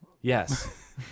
Yes